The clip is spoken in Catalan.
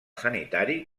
sanitari